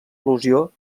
al·lusió